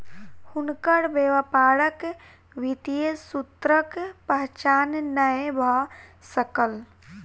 हुनकर व्यापारक वित्तीय सूत्रक पहचान नै भ सकल